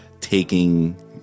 taking